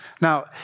Now